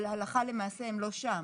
אבל הלכה למעשה הם לא שם.